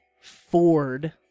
Ford